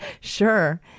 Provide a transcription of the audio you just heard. Sure